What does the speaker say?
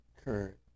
current